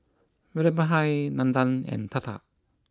Vallabhbhai Nandan and Tata